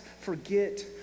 forget